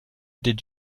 did